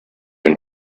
and